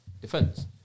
defence